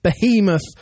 behemoth